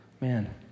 Man